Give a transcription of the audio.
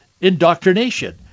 indoctrination